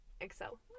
excel